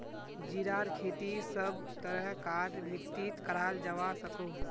जीरार खेती सब तरह कार मित्तित कराल जवा सकोह